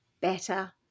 better